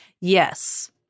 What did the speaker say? Yes